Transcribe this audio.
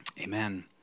Amen